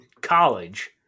college